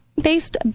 based